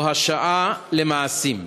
זו השעה למעשים.